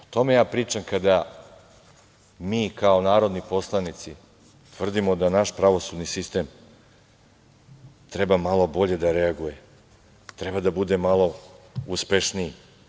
O tome ja pričam kada mi kao narodni poslanici tvrdimo da naš pravosudni sistem treba malo bolje da reaguje, treba da bude malo uspešniji.